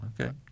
Okay